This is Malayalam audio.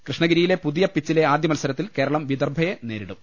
കൃഷ്ണഗിരിയിലെ പുതിയ പിച്ചിലെ ആദ്യ മത്സരത്തിൽ കേരളം വിദർഭയെ നേരിടും